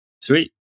Sweet